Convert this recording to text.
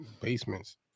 basements